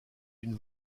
une